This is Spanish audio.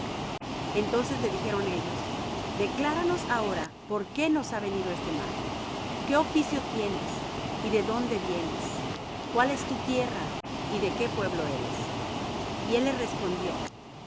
entonces le dijeron ellos decláranos ahora por qué nos ha venido este mal qué oficio tienes y de dónde vienes cuál es tu tierra y de qué pueblo eres y él les respondió